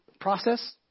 process